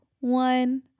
One